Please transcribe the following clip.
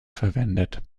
verwendet